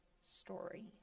story